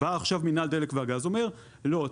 בא עכשיו מינהל הדלק והגז ואומר: לא,